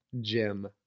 Jim